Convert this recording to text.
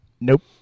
Nope